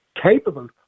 capable